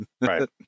Right